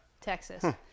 Texas